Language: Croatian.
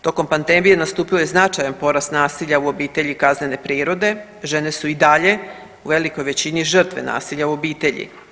Tokom pandemije nastupio je značajan porast nasilja u obitelji kaznene prirode, žene su i dalje u velikoj većini žrtve nasilja u obitelji.